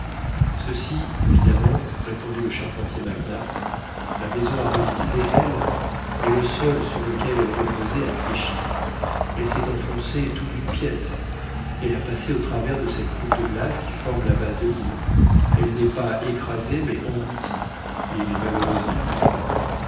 ceci évidemment répondit le charpentier mac nap la maison a résisté elle mais le sol sur lequel elle reposait a fléchi elle s'est enfoncée tout d'une pièce elle a passé au travers de cette croûte de glace qui forme la base de l'île elle n'est pas écrasée mais engloutie et les malheureuses victimes